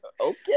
Okay